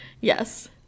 Yes